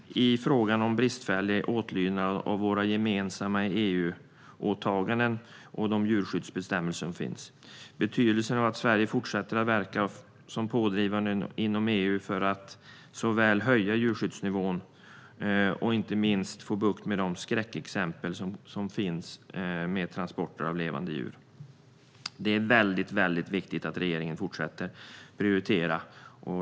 Det gäller inte minst bristfällig åtlydnad av våra gemensamma EU-åtaganden och de djurskyddsbestämmelser som finns. Det har stor betydelse att Sverige fortsätter att verka pådrivande inom EU för att höja djurskyddsnivån, inte minst för att få bukt med skräckexemplen när det gäller transporter av levande djur. Det är väldigt viktigt att regeringen fortsätter att prioritera det.